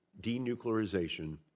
denuclearization